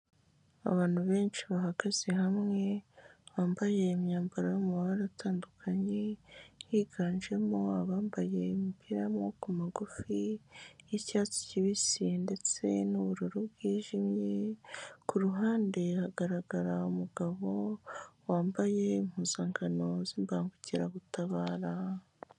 Abantu benshi bahagaze hamwe bambaye imyambaro yo mu mabara atandukanye, higanjemo abambaye imipira ya maboko magufi y'icyatsi kibisi ndetse n'ubururu bwijimye, kuruhande hagaragara umugabo wambaye impuzangano z'imbangukiragutabara.